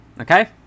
Okay